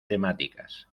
temáticas